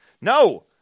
No